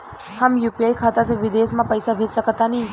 हम यू.पी.आई खाता से विदेश म पइसा भेज सक तानि?